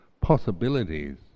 possibilities